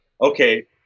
Okay